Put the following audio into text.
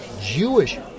Jewish